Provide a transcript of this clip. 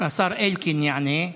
מיקי חיימוביץ', השר אלקין יענה.